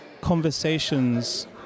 conversations